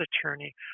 attorney